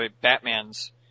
batman's